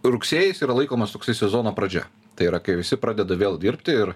rugsėjis yra laikomas toksai sezono pradžia tai yra kai visi pradeda vėl dirbti ir